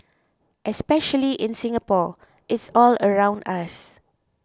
especially in Singapore it's all around us